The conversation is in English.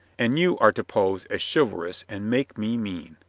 and you are to pose as chivalrous and make me mean.